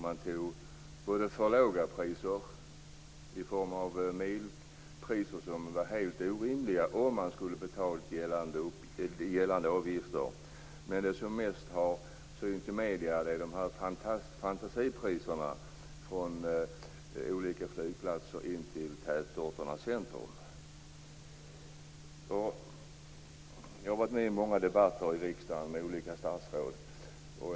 Man tog för låga priser i form av milpriser som var helt orimliga om man skulle ha betalat gällande avgifter. Det som mest har synts i medierna är frågan om fantasipriser från flygplatserna in till tätorternas centrum. Jag har varit med i många debatter med olika statsråd i riksdagen.